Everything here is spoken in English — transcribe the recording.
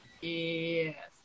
Yes